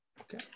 Okay